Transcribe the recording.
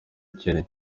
ikennye